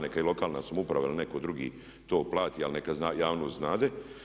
Neka i lokalna samouprava ili netko drugi to plati, ali neka javnost znade.